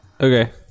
Okay